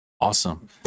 Awesome